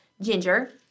Ginger